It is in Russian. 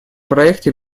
проекте